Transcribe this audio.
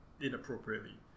inappropriately